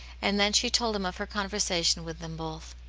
and then she told him of her conversation with them both.